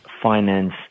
finance